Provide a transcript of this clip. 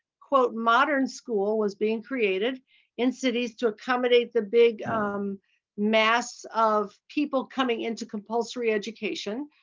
quote, modern school was being created in cities to accommodate the big mass of people coming into compulsory education,